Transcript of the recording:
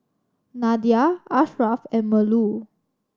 Nadia Ashraf and Melur